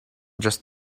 just